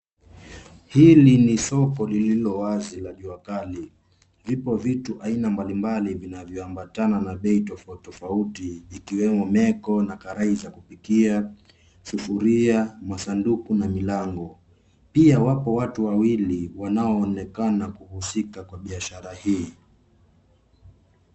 Hili ni soko lililo wazi la viwakali. Vipo vitu aina mbalimbali vinavyoambatana na bei tofautitofauti ikiwemo meko na karai za kupikia, sufuria, masanduku na milango. Pia wapo watu wawili wanaoonekana kuhusika kwa biashara hii.